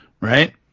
Right